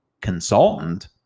consultant